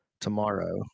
tomorrow